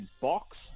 box